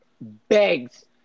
begs